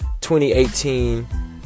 2018